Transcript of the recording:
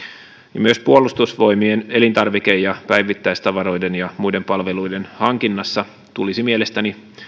niin myös puolustusvoimien elintarvike ja päivittäistavaroiden ja muiden palveluiden hankinnassa tulisi mielestäni